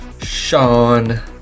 Sean